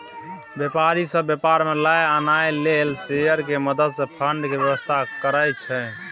व्यापारी सब व्यापार में पाइ आनय लेल शेयर के मदद से फंड के व्यवस्था करइ छइ